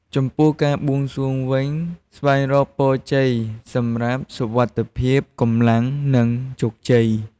ចំពោះ ការបួងសួងវិញ ស្វែងរកពរជ័យសម្រាប់សុវត្ថិភាព កម្លាំង និងជោគជ័យ។